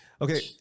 Okay